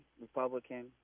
Republican